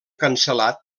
cancel·lat